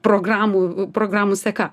programų programų seka